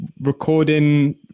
recording